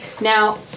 Now